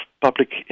public